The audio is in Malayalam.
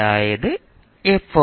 അതായത് F